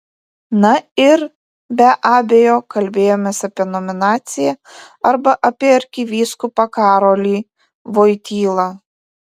na ir be abejo kalbėjomės apie nominaciją arba apie arkivyskupą karolį voitylą